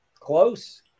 Close